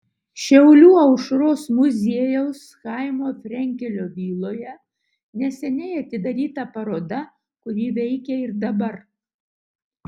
šiaulių aušros muziejaus chaimo frenkelio viloje neseniai atidaryta paroda kuri veikia ir dabar